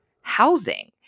housing